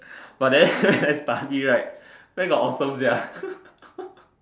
but then I study right where got awesome sia